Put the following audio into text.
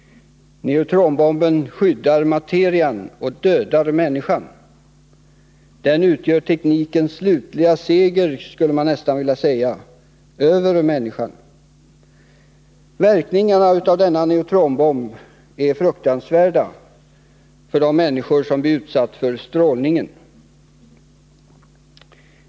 Neutronbomben skyddar materian och dödar människan! Den utgör teknikens slutliga seger, skulle man nästan vilja säga, över människan. Verkningarna av denna bomb är fruktansvärda för de människor som blir utsatta för strålningen.